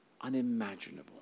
Unimaginable